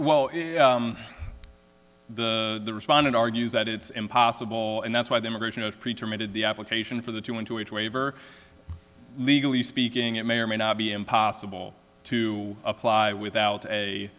that's the respondent argues that it's impossible and that's why the immigration of preacherman did the application for the two into each waiver legally speaking it may or may not be impossible to apply without a